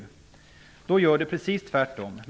I så fall gör han precis tvärtom.